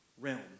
realm